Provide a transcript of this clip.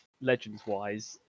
Legends-wise